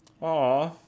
Aw